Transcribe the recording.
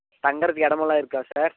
தங்குகிறதுக்கு இடம் எல்லாம் இருக்கா சார்